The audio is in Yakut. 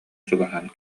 чугаһаан